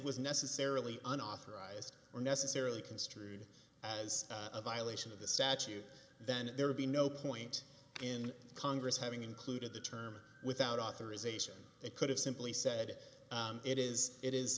was necessarily unauthorized or necessarily construed as a violation of the statute then there would be no point in congress having included the term without authorization they could have simply said it is it is